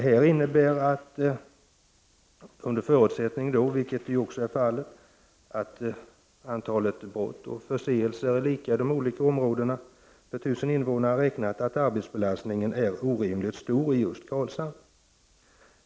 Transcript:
Under förutsättning att antalet brott och förseelser är lika stort i de olika områdena per 1000 invånare räknat, vilket är fallet, innebär det att arbetsbelastningen är orimligt stor i Karlshamn.